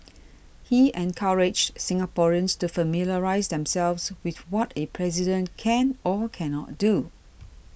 he encouraged Singaporeans to familiarise themselves with what a President can or can not do